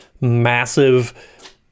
massive